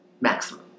maximum